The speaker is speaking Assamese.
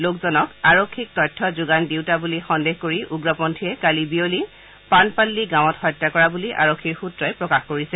লোকজনক আৰক্ষীক তথ্য যোগান দিওতা বুলি সন্দেহ কৰি উগ্ৰপন্থীয়ে কালি বিয়লি পানপাল্নি গাঁৱত হত্যা কৰা বুলি আৰক্ষীৰ সূত্ৰই প্ৰকাশ কৰিছে